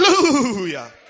Hallelujah